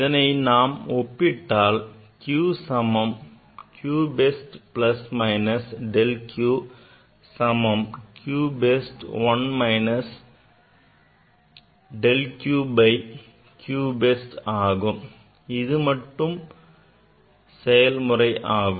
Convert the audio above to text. இதனை நாம் ஒப்பிட்டால் q சமம் q best plus minus delta q சமம் q best 1 plus minus delta q by q best ஆகும் இது மட்டு செயல்முறை ஆகும்